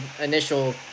initial